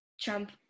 trump